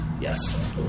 Yes